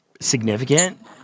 significant